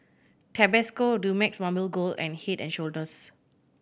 Tabasco Dumex Mamil Gold and Head and Shoulders